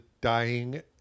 dying